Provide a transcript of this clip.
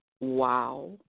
wow